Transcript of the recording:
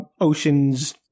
Oceans